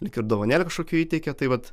lyg ir dovanėlę kažkokią įteikė tai vat